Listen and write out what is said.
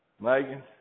Megan